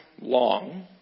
long